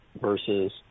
versus